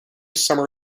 summer